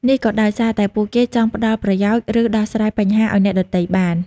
នោះក៏ដោយសារតែពួកគេអាចផ្តល់ប្រយោជន៍ ឬដោះស្រាយបញ្ហាឱ្យអ្នកដទៃបាន។